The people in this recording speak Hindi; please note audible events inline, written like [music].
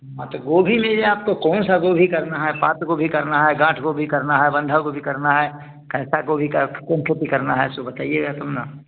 हाँ तो गोभी में यह आपको कौन सा गोभी करना है पत्ता गोभी करना है गाँठ गोभी करना है बंध गोभी करना है कैसा गोभी क [unintelligible] करना है सो बताइएगा तब ना